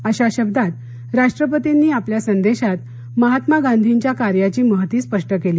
अशा शब्दात राष्ट्रपतींनी आपल्या संदेशात महात्मा गांधींच्या कार्याची महती स्पष्ट केली